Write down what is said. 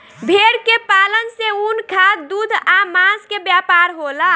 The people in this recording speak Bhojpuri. भेड़ के पालन से ऊन, खाद, दूध आ मांस के व्यापार होला